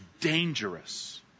dangerous